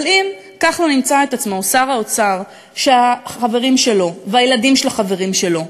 אבל אם כחלון ימצא את עצמו שר האוצר שהחברים שלו והילדים של החברים שלו,